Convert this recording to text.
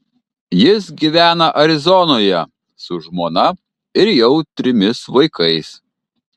jis gyvena arizonoje su žmona ir jau trimis vaikais